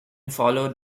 followed